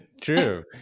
True